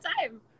time